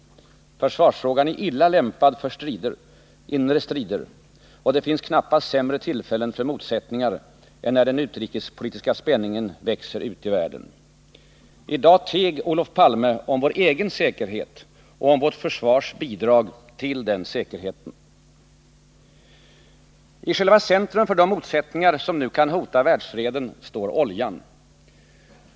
Försvarsfrågan är illa lämpad för inre strider. Och det finns knappast sämre tillfällen för motsättningar än när den utrikespolitiska spänningen växer ute i världen. I dag teg Olof Palme om vår egen säkerhet och om vårt försvars bidrag till den säkerheten. I själva centrum för de motsättningar som nu kan hota världsfreden står oljan.